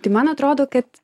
tai man atrodo kad